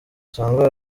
sangwa